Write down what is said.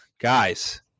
guys